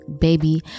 baby